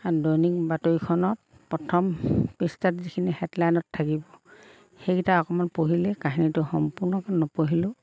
দৈনিক বাতৰিখনত প্ৰথম পৃষ্ঠাত যিখিনি হেডলাইনত থাকিব সেইকেইটা অকণমান পঢ়িলেই কাহিনীটো সম্পূৰ্ণকৈ নপঢ়িলেও